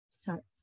start